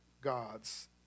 God's